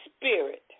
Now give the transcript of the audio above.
spirit